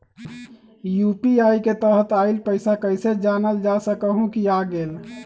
UPI के तहत आइल पैसा कईसे जानल जा सकहु की आ गेल?